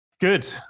Good